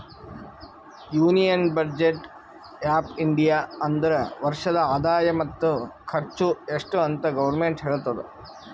union budget of India ಅಂದುರ್ ವರ್ಷದ ಆದಾಯ ಮತ್ತ ಖರ್ಚು ಎಸ್ಟ್ ಅಂತ್ ಗೌರ್ಮೆಂಟ್ ಹೇಳ್ತುದ